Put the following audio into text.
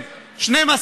אבל מצד שני,